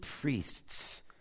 priests